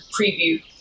preview